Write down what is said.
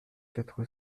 quatre